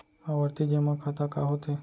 आवर्ती जेमा खाता का होथे?